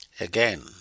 Again